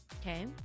Okay